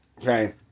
Okay